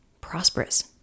prosperous